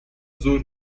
زور